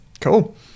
Cool